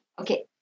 Okay